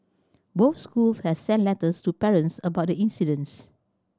both schools have sent letters to parents about the incidents